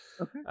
Okay